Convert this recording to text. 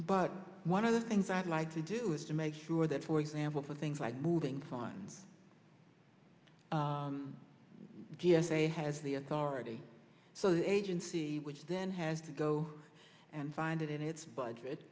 but one of the things i'd like to do is to make sure that for example for things like moving fun g s a has the authority so the agency which then has go and find it in its budget